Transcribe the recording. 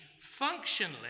functionally